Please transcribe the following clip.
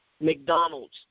McDonald's